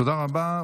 תודה רבה.